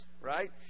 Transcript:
right